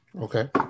Okay